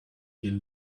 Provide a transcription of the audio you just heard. till